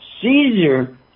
Caesar